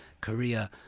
Korea